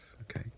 Okay